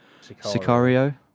Sicario